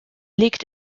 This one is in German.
liegt